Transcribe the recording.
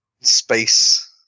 space